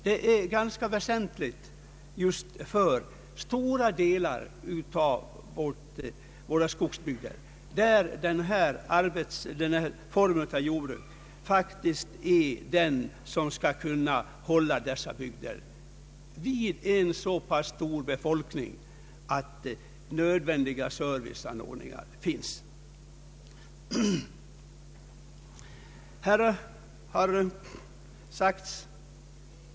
Deltidsjordbruket är av väsentlig betydelse för stora delar av våra skogsbygder, då denna form av jordbruk faktiskt ger dessa bygder en så pass stor befolkning att nödvändiga serviceanordningar kan bibehållas.